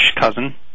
cousin